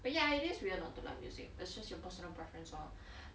but ya it is weird not to like music but it's just your personal preference loh